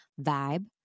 vibe